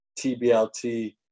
TBLT